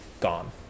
gone